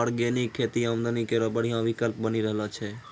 organic खेती आमदनी केरो बढ़िया विकल्प बनी रहलो छै